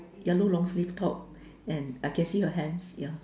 yellow long sleeve top and I can see her hands yeah